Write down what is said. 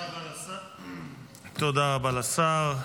תודה רבה לשר.